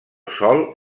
sòl